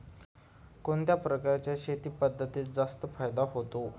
कोणत्या प्रकारच्या शेती पद्धतीत जास्त फायदा होतो?